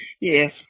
Yes